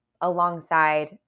alongside